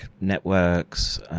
networks